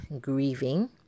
grieving